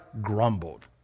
grumbled